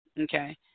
okay